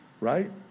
right